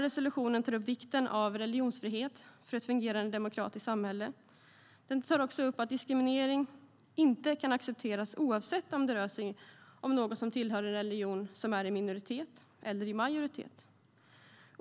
Resolutionen tar upp vikten av religionsfrihet för ett fungerande demokratiskt samhälle. Den tar också upp att diskriminering inte kan accepteras, oavsett om det rör sig om någon som tillhör en religion som är i minoritet eller majoritet.